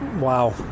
Wow